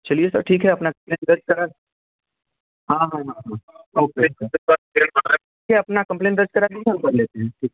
चलिए सर ठीक है अपना कंप्लेन दर्ज करा हाँ हाँ हाँ हाँ ओके ओके अपना कंप्लेन दर्ज करा दीजिए हम कर लेते हैं ठीक